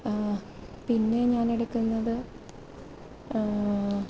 പിന്നെ ഞാൻ എടുക്കുന്നത്